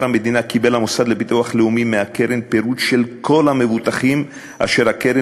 המדינה קיבל המוסד לביטוח לאומי מהקרן פירוט של כל המבוטחים אשר הקרן